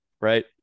right